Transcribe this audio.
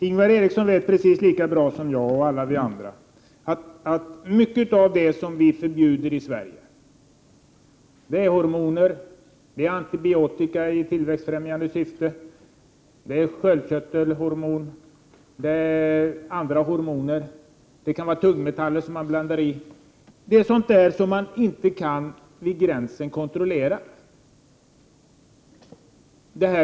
Herr talman! Ingvar Eriksson vet lika bra som jag och alla andra att vi i Sverige bl.a. förbjuder import av hormontillsatser, antibiotika i tillväxtfrämjande syfte, sköldkörtelhormoner, tungmetaller osv. Men det är svårt att vid våra gränser kontrollera att sådana ämnen inte införs i landet.